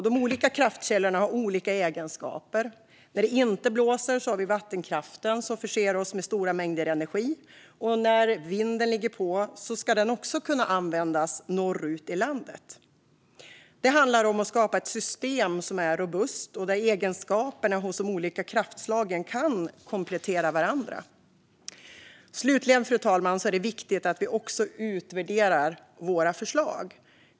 De olika kraftkällorna har olika egenskaper. När det inte blåser har vi vattenkraften som förser oss med stora mängder energi, och när vinden ligger på ska den också kunna användas norrut i landet. Det handlar om att skapa ett system som är robust och där egenskaperna hos de olika kraftslagen kan komplettera varandra. Slutligen, fru talman, är det viktigt att vi också utvärderar våra förslag.